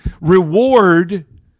reward